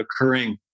occurring